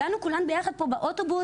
הגענו כולם ביחד פה באוטובוס.